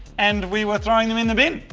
and we were throwing them in the bin.